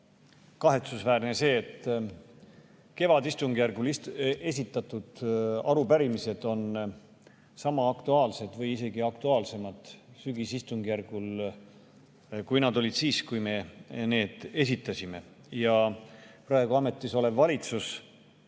kahetsusväärne see, et kevadistungjärgul esitatud arupärimised on sama aktuaalsed või isegi aktuaalsemad sügisistungjärgul, kui nad olid siis, kui me need esitasime. Ja praegu ametis olev valitsus